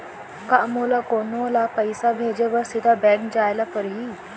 का मोला कोनो ल पइसा भेजे बर सीधा बैंक जाय ला परही?